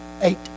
Eight